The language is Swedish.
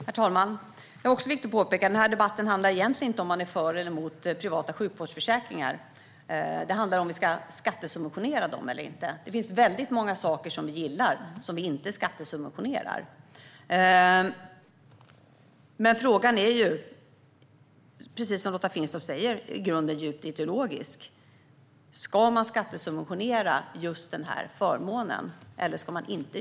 Herr talman! Det är också viktigt att påpeka att den här debatten egentligen inte handlar om huruvida man är för eller emot privata sjukvårdsförsäkringar utan om vi ska skattesubventionera dem eller inte. Det finns många saker som vi gillar som vi inte skattesubventionerar. Frågan är, precis som Lotta Finstorp säger, i grunden djupt ideologisk: Ska man skattesubventionera just denna förmån eller inte?